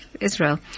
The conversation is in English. Israel